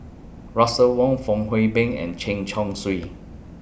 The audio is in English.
Russel Wong Fong Hoe Beng and Chen Chong Swee